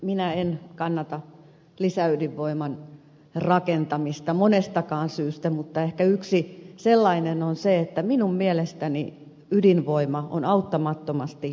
minä en kannata lisäydinvoiman rakentamista monestakaan syystä mutta ehkä yksi sellainen on se että minun mielestäni ydinvoima on auttamattomasti vanhakantainen ratkaisu